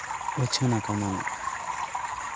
ᱩᱪᱷᱟᱹᱱ ᱟᱠᱟᱱᱟ